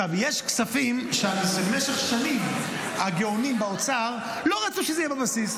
יש כספים שבמשך שנים הגאונים באוצר לא רצו שזה יהיה בבסיס,